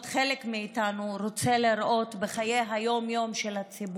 חלק מאיתנו רוצים לראות בחיי היום-יום של הציבור.